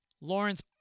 Lawrence